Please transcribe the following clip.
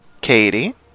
Katie